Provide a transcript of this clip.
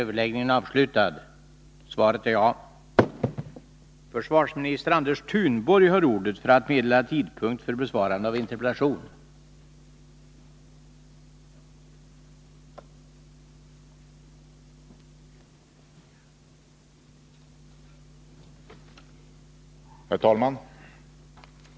Herr talman!